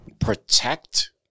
Protect